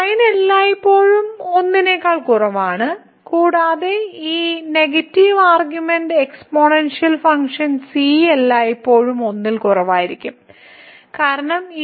Sin എല്ലായ്പ്പോഴും 1 നേക്കാൾ കുറവാണ് കൂടാതെ ഈ നെഗറ്റീവ് ആർഗ്യുമെന്റിന്റെ എക്സ്പോണൻഷ്യൽ ഫംഗ്ഷൻ c എല്ലായ്പ്പോഴും 1 ൽ കുറവായിരിക്കും കാരണം e0 1 ഉം